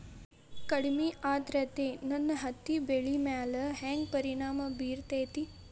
ಕಡಮಿ ಆದ್ರತೆ ನನ್ನ ಹತ್ತಿ ಬೆಳಿ ಮ್ಯಾಲ್ ಹೆಂಗ್ ಪರಿಣಾಮ ಬಿರತೇತಿ?